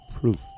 proof